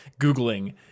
Googling